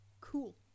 Cool